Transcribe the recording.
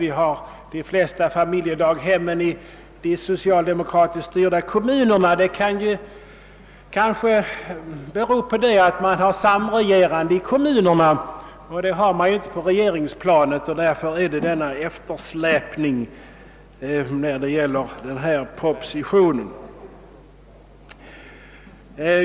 Hon sade att de flesta familjedaghemmen finns i de socialdemokratiskt styrda kommunerna. Detta förhållande kanske beror på att man har samregerande i kommunerna. Det har man inte på regeringsplanet; därför har det blivit denna eftersläpning i propositionen.